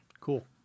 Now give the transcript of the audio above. cool